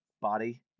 body